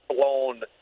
blown